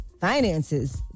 finances